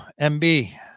MB